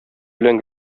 белән